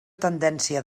tendència